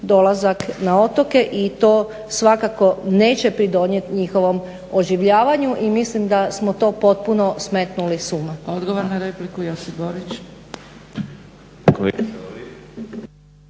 dolazak na otoke i to svakako neće pridonijet njihovom oživljavanju i mislim da smo to potpuno smetnuli s uma.